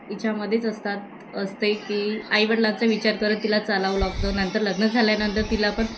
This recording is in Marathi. तिच्यामध्येच असतात असते की आई वडिलांचा विचार करत तिला चालावं लागतं नंतर लग्न झाल्यानंतर तिला पण